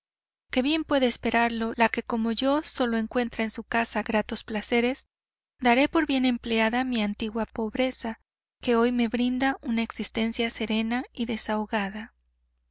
que bien puede esperarlo la que como yo sólo encuentra en su casa gratos placeres daré por bien empleada mi antigua pobreza que hoy me brinda una existencia serena y desahogada